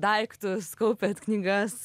daiktus kaupiat knygas